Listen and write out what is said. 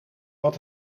wat